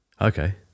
Okay